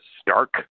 stark